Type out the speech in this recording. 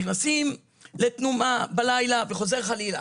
נכנסים לתנומה בלילה וחוזר חלילה.